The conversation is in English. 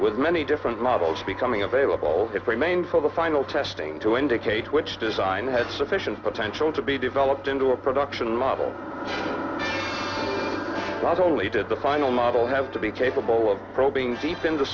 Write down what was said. with many different models becoming available it remained for the final testing to indicate which design had sufficient potential to be developed into a production model not only did the final model have to be capable of probing deep into